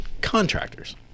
contractors